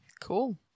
Cool